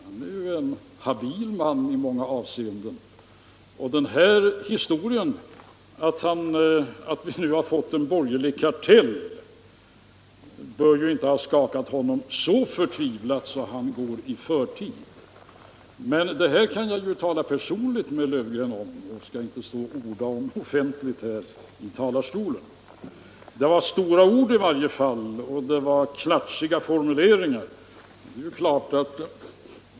Han är ju en habil man i många avseenden. Att vi nu har fått en borgerlig kartell bör inte ha skakat honom så förtvivlat mycket att han går i förtid. Men det kan jag ju tala personligt med herr Löfgren om i stället för att orda om det offentligt. Det var i varje fall stora ord och klatschiga formuleringar herr Löfgren använde.